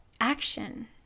action